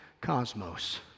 cosmos